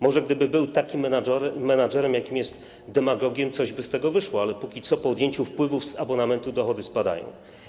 Może gdyby był takim menedżerem, jakim jest demagogiem, coś by z tego wyszło, ale na razie po odjęciu wpływów z abonamentu dochody spadają.